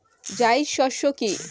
জায়িদ শস্য কি?